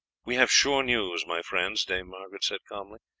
we have sure news, my friends, dame margaret said calmly,